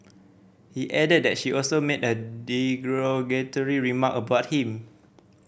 he added that she also made a remark about him